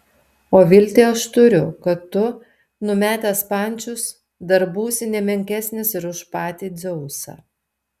o viltį aš turiu kad tu numetęs pančius dar būsi ne menkesnis ir už patį dzeusą